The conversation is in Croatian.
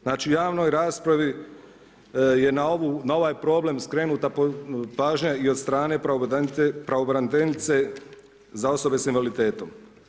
Znači u javnoj raspravi je na ovaj problem skrenuta pažnja i od strane pravobraniteljice za osobe sa invaliditetom.